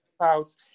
house